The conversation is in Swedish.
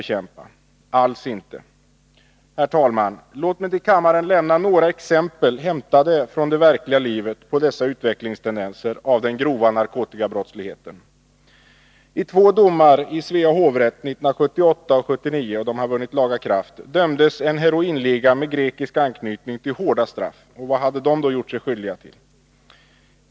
Herr talman! Låt mig anföra några exempel, hämtade från det verkliga livet, på dessa utvecklingstendenser när det gäller den grova narkotikabrottsligheten. I två domar i Svea hovrätt från 1978 resp. 1979, som vunnit laga kraft, dömdes en heroinliga med grekisk anknytning till hårda straff. Vad hade då ligan gjort sig skyldig till?